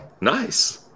Nice